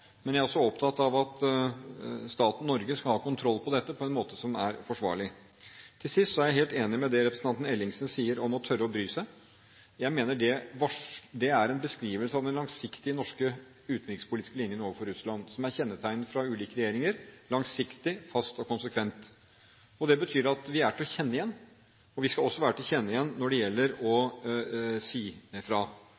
Men jeg er også opptatt av at staten Norge skal ha kontroll på dette på en måte som er forsvarlig. Jeg er helt enig i det representanten Ellingsen sier om å tørre å bry seg. Jeg mener det er en beskrivelse av den langsiktige norske utenrikspolitiske linjen overfor Russland som er kjennetegnet fra ulike regjeringer – langsiktig, fast og konsekvent. Det betyr at vi er til å kjenne igjen, og vi skal også være til å kjenne igjen når det gjelder å si fra. Derfor vil jeg bare si at Norge ikke er tilbakeholdne med å